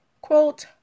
quote